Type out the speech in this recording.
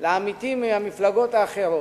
לעמיתים מהמפלגות האחרות,